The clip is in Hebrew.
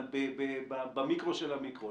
אבל במיקרו של המיקרו,